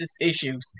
issues